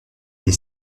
des